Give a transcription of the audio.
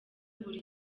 buri